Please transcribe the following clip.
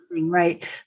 right